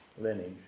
lineage